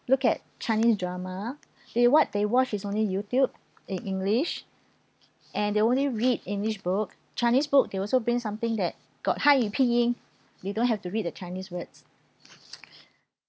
look at chinese drama they what they watch is only YouTube in english and they only read english book chinese book they also bring something that got han yu pin yin they don't have to read the chinese words